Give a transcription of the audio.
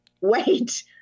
wait